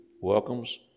welcomes